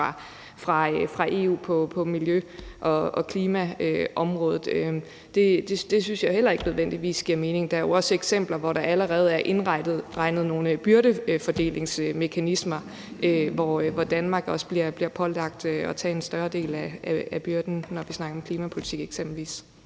fra EU på miljø- og klimaområdet. Det synes jeg heller ikke nødvendigvis giver mening. Der er jo også eksempler, hvor der allerede er indregnet nogle byrdefordelingsmekanismer, og hvor Danmark også bliver pålagt at tage en større del af byrden, når vi eksempelvis snakker om klimapolitik. Kl.